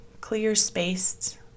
clear-spaced